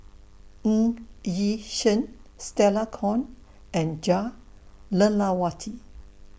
Ng Yi Sheng Stella Kon and Jah Lelawati